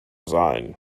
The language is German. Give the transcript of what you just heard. sein